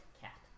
cat